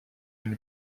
une